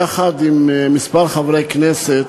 יחד עם כמה חברי כנסת,